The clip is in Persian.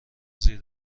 زیر